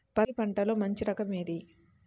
బంతి పంటలో మంచి రకం ఏది?